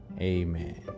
Amen